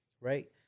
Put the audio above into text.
Right